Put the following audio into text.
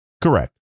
Correct